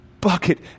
bucket